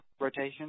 rotation